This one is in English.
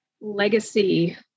legacy